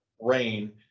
rain